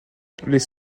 les